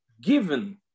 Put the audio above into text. given